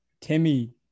Timmy